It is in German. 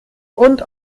und